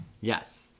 Yes